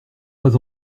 pas